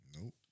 Nope